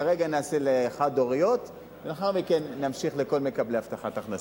כרגע נעשה לחד-הוריות ולאחר מכן נמשיך לכל מקבלי הבטחת הכנסה.